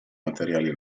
materiali